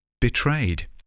betrayed